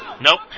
Nope